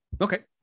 Okay